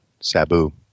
Sabu